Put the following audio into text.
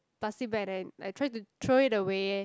plastic bag then I tried to throw it away